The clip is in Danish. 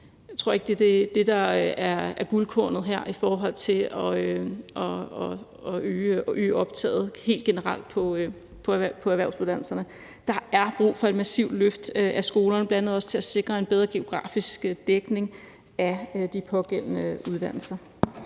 Jeg tror ikke, det er det, der er guldkornet her i forhold til at øge optaget helt generelt på erhvervsuddannelserne. Der er brug for et massivt løft af skolerne, bl.a. også til at sikre en bedre geografisk dækning af de pågældende uddannelser.